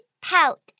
pout